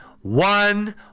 one